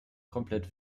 komplett